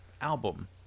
album